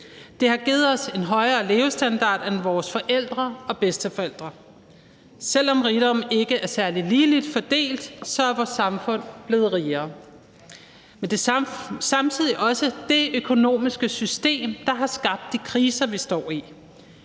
Det har givet os en højere levestandard end vores forældre og bedsteforældre. Selv om rigdommen ikke er særlig ligeligt fordelt, er vores samfund blevet rigere. Men det er samtidig også det økonomiske system, der har skabt de kriser, vi står i.